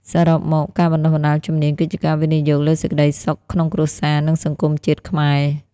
សរុបមក ការបណ្ដុះបណ្ដាលជំនាញគឺជាការវិនិយោគលើសេចក្ដីសុខក្នុងគ្រួសារ និងសង្គមជាតិខ្មែរ។